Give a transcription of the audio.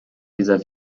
dieser